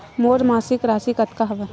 मोर मासिक राशि कतका हवय?